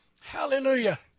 Hallelujah